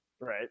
right